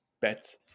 bets